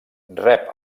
rep